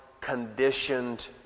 conditioned